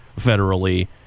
federally